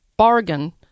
Bargain